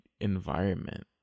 environment